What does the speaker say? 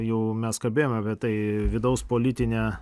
jau mes kalbėjom apie tai vidaus politinę